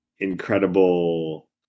incredible